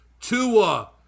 Tua